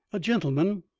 a gentleman,